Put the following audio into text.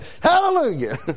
Hallelujah